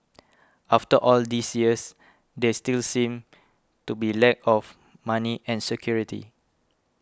after all these years there still seems to be a lack of money and security